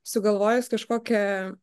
sugalvojus kažkokią